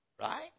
Right